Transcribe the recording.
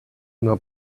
una